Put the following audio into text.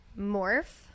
morph